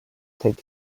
take